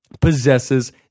possesses